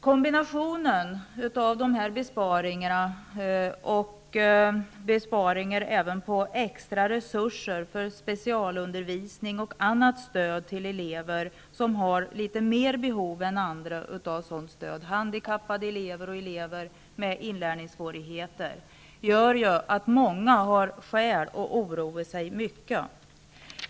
Kombinationen av dessa besparingsåtgärder med besparingar av extra resurser för specialundervisning och annat stöd till elever som har litet större behov av sådant stöd -- handikappade eller med inlärningssvårigheter -- gör att många har skäl att oroa sig mycket.